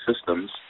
systems